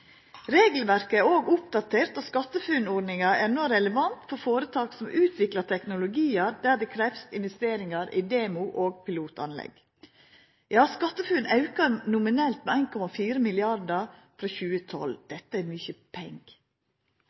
Regelverket er òg oppdatert, og SkatteFUNN-ordninga er no relevant for føretak som utviklar teknologiar der det krevst investeringar i demo- og pilotanlegg. SkatteFUNN aukar nominelt med 1,4 mrd. kr frå 2012 – dette er mykje